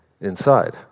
inside